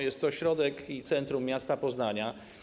Jest to środek, centrum miasta Poznania.